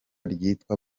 ryitwa